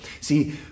See